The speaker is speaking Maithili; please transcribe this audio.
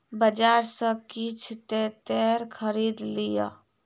बजार सॅ किछ तेतैर खरीद लिअ